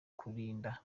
gukora